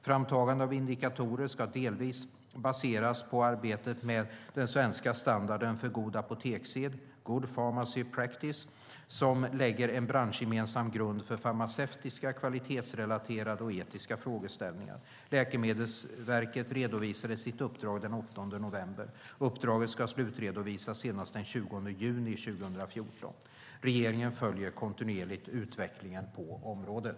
Framtagande av indikatorer ska delvis baseras på arbetet med den svenska standarden för god apotekssed, Good Pharmacy Practice, som lägger en branschgemensam grund för farmaceutiska, kvalitetsrelaterade och etiska frågeställningar. Läkemedelsverket delredovisade sitt uppdrag den 8 november. Uppdraget ska slutredovisas senast den 20 juni 2014. Regeringen följer kontinuerligt utvecklingen på området.